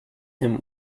him